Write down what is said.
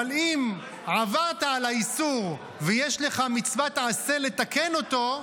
אבל אם עברת על האיסור ויש לך מצוות עשה לתקן אותו,